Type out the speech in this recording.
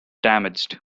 damaged